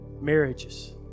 marriages